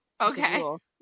okay